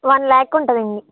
one lakh ఉంటుందండి